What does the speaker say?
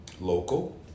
local